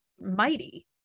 mighty